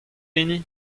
hini